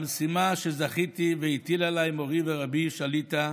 למשימה שזכיתי והטיל עליי מורי ורבי שליט"א